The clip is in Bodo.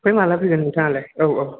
ओमफ्राय माब्ला फैगोन नोंथाङालाय औ औ